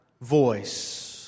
voice